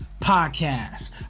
podcast